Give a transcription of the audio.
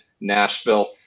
Nashville